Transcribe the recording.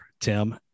Tim